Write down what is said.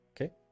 Okay